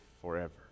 forever